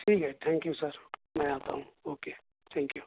ٹھیک ہے thank you sir میں آتا ہوں اوکے تھینک یو